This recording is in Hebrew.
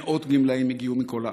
מאות גמלאים הגיעו מכל הארץ.